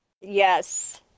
Yes